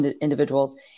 individuals